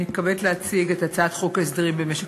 אני מתכבדת להציג את הצעת חוק הסדרים במשק